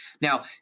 Now